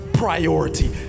priority